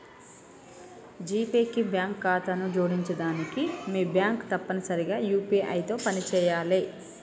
GPay కి bank ఖాతాను జోడించడానికి మీ బ్యాంక్ తప్పనిసరిగా యూ.పీ.ఐ తో పనిచేయాలే